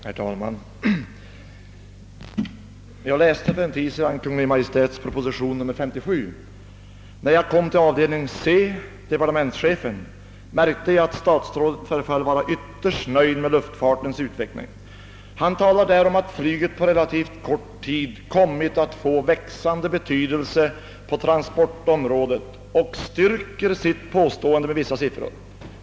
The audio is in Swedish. Herr talman! Jag läste för en tid sedan Kungl. Maj:ts proposition nr 57. När jag kom till avdelning C, Departementschefen, märkte jag att statsrådet förefaller vara ytterst nöjd med luftfartens utveckling. Han talar där om att flyget på relativt kort tid kommit att få växande betydelse på transportområdet och styrker sitt påstående med vissa siffror.